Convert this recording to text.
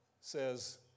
says